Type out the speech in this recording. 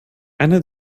einer